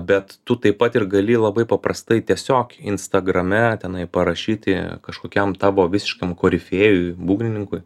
bet tu taip pat ir gali labai paprastai tiesiog instagrame tenai parašyti kažkokiam tavo visiškam korifėjui būgnininkui